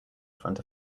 front